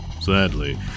Sadly